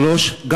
ג.